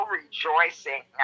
rejoicing